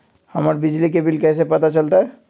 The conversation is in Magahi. हमर बिजली के बिल कैसे पता चलतै?